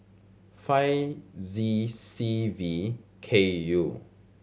five Z C V K U